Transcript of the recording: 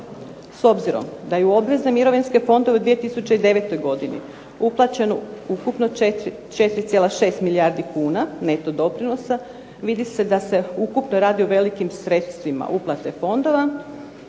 S obzirom da je u obvezne mirovinske fondove u 2009. godini uplaćeno ukupno 4,6 milijardi kuna neto doprinosa vidi se da se ukupno radi o velikim sredstvima uplate fondova.